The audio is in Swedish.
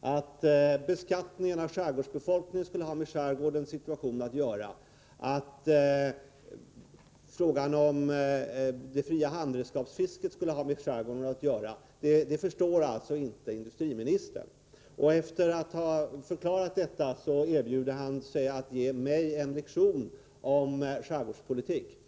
att beskattningen av skärgårdsbefolkningen skulle ha med skärgårdens situation att göra och att frågan om det fria handredskapsfisket skulle ha med skärgården att göra förstår alltså inte industriministern. Efter att ha förklarat att det inte har med skärgårdsbefolkningen att göra erbjuder han sig att ge mig en lektion om skärgårdspolitik.